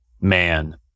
man